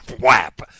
Whap